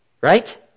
Right